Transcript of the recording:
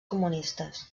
comunistes